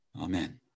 Amen